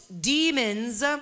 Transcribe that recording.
demons